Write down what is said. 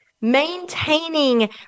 maintaining